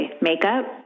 makeup